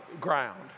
ground